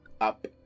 up